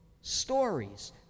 stories